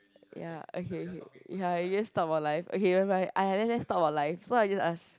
ya okay okay ya I guess talk about life okay nevermind !aiya! let's just talk about life so I just ask